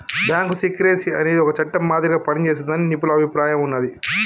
bank secrecy అనేది ఒక చట్టం మాదిరిగా పనిజేస్తాదని నిపుణుల అభిప్రాయం ఉన్నాది